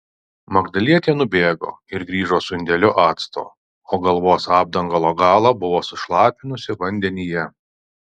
magdalietė nubėgo ir grįžo su indeliu acto o galvos apdangalo galą buvo sušlapinusi vandenyje